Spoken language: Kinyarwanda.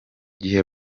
gihe